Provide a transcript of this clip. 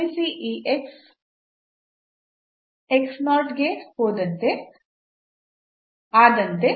ಗಮನಿಸಿ ಈ ಆದಂತೆ